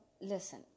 listen